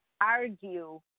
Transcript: argue